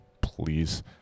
please